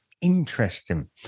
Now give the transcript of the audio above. interesting